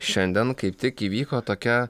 šiandien kaip tik įvyko tokia